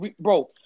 bro